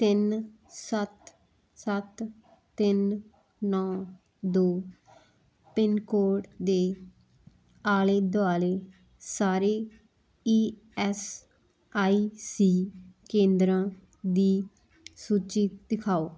ਤਿੰਨ ਸੱਤ ਸੱਤ ਤਿੰਨ ਨੌਂ ਦੋ ਪਿੰਨ ਕੋਡ ਦੇ ਆਲੇ ਦੁਆਲੇ ਸਾਰੇ ਈ ਐਸ ਆਈ ਸੀ ਕੇਂਦਰਾਂ ਦੀ ਸੂਚੀ ਦਿਖਾਓ